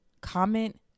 comment